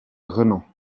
renom